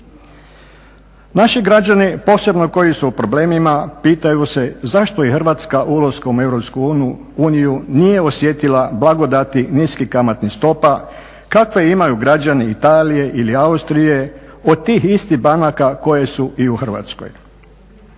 Naši građani, posebno koji su u problemima, pitaju se zašto Hrvatska ulaskom u EU nije osjetila blagodati niskih kamatnih stopa kakve imaju građani Italije ili Austrije od tih istih banaka koje su i u Hrvatskoj?